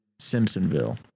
Simpsonville